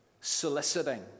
soliciting